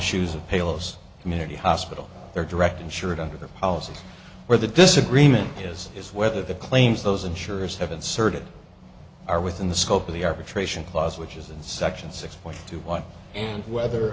shoes of pillows community hospital their direct insured under their policies where the disagreement is is whether the claims those insurers have inserted are within the scope of the arbitration clause which is in section six point two one and whether